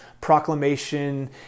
proclamation